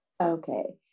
Okay